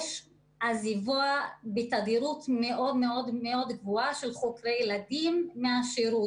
שיש עזיבה בתדירות מאוד מאוד גבוהה של חוקרי ילדים מהשירות.